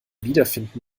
wiederfinden